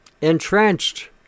entrenched